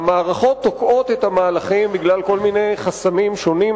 המערכות תוקעות את המהלכים בגלל חסמים שונים,